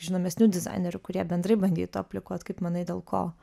žinomesnių dizainerių kurie bendrai bandytų aplikuot kaip manai dėl ko